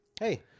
hey